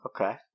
Okay